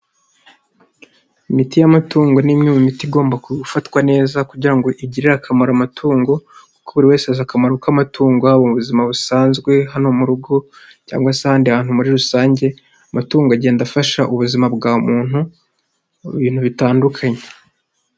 Imiti y'amatungo ni imwe mu miti igomba gufatwa neza kugira ngo igirire akamaro amatungo kuko buri wese azi akamaro k'amatungo haba mu buzima busanzwe hano mu rugo cyangwa se ahandi hantu muri rusange, amatungo agenda afasha ubuzima bwa muntu mu bintu bitandukanye.